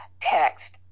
text